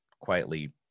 quietly